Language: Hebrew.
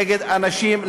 נגד אנשים?